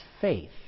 faith